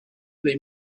they